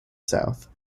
south